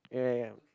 ya ya ya